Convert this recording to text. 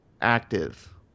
active